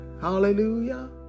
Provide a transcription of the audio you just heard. Hallelujah